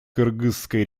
кыргызской